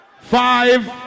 five